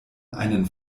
einen